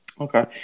Okay